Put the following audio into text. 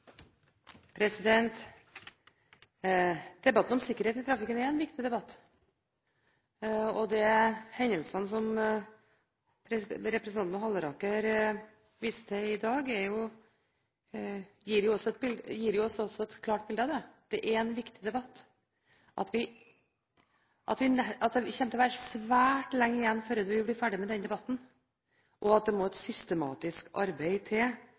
Debatten om sikkerhet i trafikken er en viktig debatt, og de hendelsene som representanten Halleraker viste til i dag, gir oss et klart bilde av det. Det er en viktig debatt. Det vil ta svært lang tid før vi er ferdig med den, og det må et systematisk og langsiktig arbeid til.